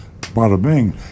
bada-bing